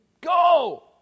Go